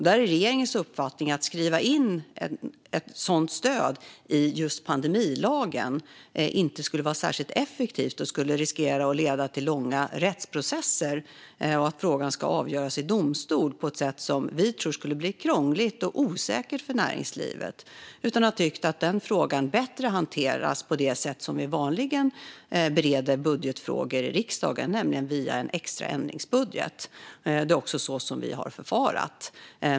Där är regeringens uppfattning att det inte skulle vara särskilt effektivt att skriva in ett sådant stöd i just pandemilagen. Det skulle riskera att leda till långa rättsprocesser och att frågan skulle avgöras i domstol på ett sätt som vi tror skulle bli krångligt och osäkert för näringslivet. Vi har tyckt att denna fråga bättre hanteras så som vi vanligen bereder budgetfrågor i riksdagen, nämligen via en extra ändringsbudget. Det är också så vi har förfarit.